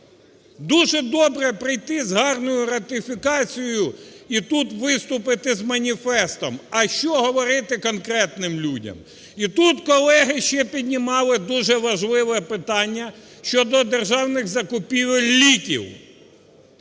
Дуже добре прийти з гарною ратифікацією і тут виступити з маніфестом. А що говорити конкретним людям? І тут колеги ще піднімали дуже важливе питання щодо державних закупівель ліків.